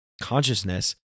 consciousness